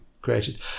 created